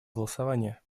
голосования